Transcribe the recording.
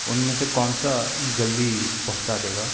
اُن میں سے کون سا جلدی پہنچا دے گا